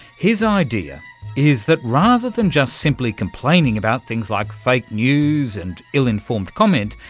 his idea is that rather than just simply complaining about things like fake news and ill-informed comment,